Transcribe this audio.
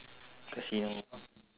casino